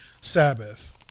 Sabbath